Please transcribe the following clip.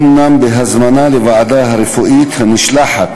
אומנם בהזמנה לוועדה הרפואית הנשלחת